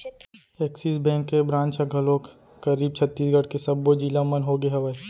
Axis bank के branch ह घलोक करीब छत्तीसगढ़ के सब्बो जिला मन होगे हवय